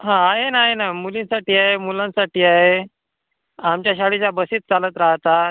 हा आहे ना आहे ना मुलींसाठी आहे मुलांसाठी आहे आमच्या शाळेच्या बसेस चालत राहतात